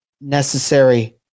necessary